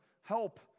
help